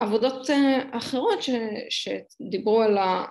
עבודות אחרות שדיברו על ה...